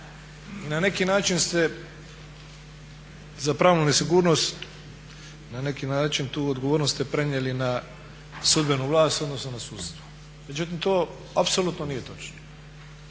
na neki način ste za pravnu nesigurnost, na neki način tu odgovornost ste prenijeli na sudbenu vlast, odnosno na sudstvo. Međutim to apsolutno nije točno